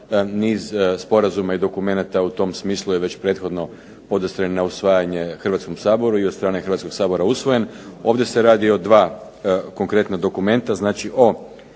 Niz sporazuma i dokumenata u tom smislu je već prethodno podastrt na usvajanje Hrvatskom saboru i od strane Hrvatskog sabora usvojen. Ovdje se radi o dva konkretna dokumenta, znači o